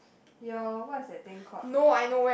your what is that thing called